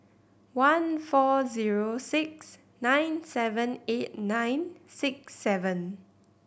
one four zero six nine seven eight nine six seven